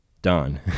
Done